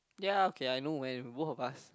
ya okay I know when both of us